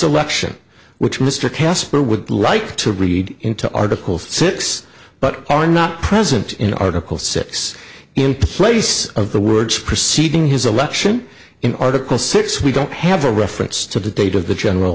election which mr casper would like to read into article six but are not present in article six in place of the words preceeding his election in article six we don't have a reference to the date of the general